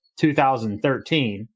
2013